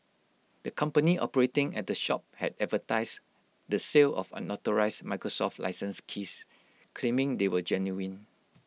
the company operating at the shop had advertised the sale of unauthorised Microsoft licence keys claiming they were genuine